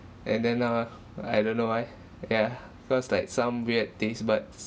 and then now ah I don't know why yeah cause like some weird taste buds